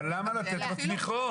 אבל למה לתת לו תמיכות?